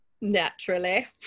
naturally